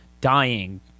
dying